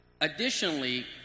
Additionally